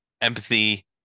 empathy